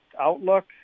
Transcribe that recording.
outlook